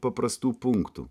paprastų punktų